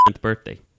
birthday